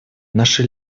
наши